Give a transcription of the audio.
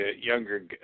younger